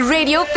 Radio